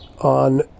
on